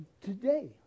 Today